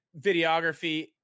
videography